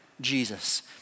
Jesus